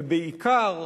ובעיקר,